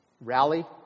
rally